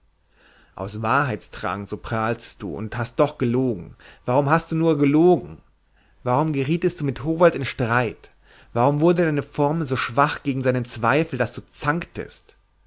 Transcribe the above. aus wahrheitsdrang so prahltest du und hast doch gelogen warum nur hast du gelogen warum gerietest du mit howald in streit warum wurde deine formel so schwach gegen seinen zweifel daß du zanktest